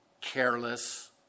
careless